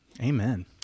Amen